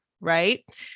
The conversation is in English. right